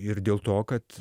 ir dėl to kad